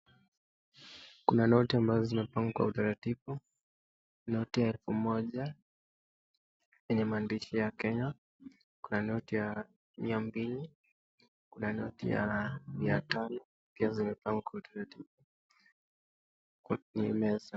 Kuna noti ambazo zimepangwa kwa utaratibu, noti ya elfu moja yenye maandishi ya Kenya, kuna noti ya mia mbili, kuna noti ya mia tano. Pia zimepangwa kwa utaratibu kwenye meza.